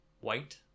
white